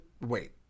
wait